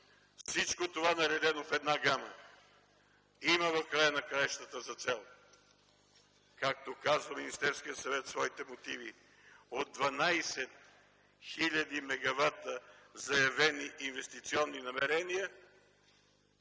всичко това наредено в една гама има в края на краищата за цел, както казва Министерският съвет в своите мотиви: от 12 хиляди мегавата, заявени инвестиционни намерения,